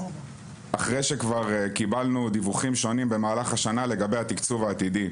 אחרי שכבר קיבלנו דיווחים שונים במהלך השנה לגבי התיקצוב העתידי.